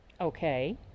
Okay